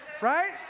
right